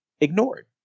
ignored